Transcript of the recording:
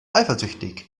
eifersüchtig